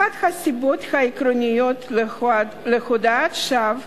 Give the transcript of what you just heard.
אחת הסיבות העקרוניות להודאת שווא